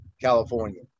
California